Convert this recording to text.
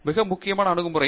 மிக முக்கியமான அணுகுமுறை